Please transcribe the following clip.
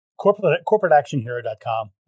CorporateActionHero.com